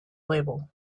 label